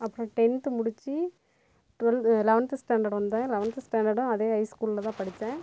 அப்புறம் டென்த்து முடித்து twelve eleventh standard வந்தேன் லெவன்த் ஸ்டேண்டர்டும் அதே ஹைஸ்கூலில்தான் படித்தேன்